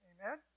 Amen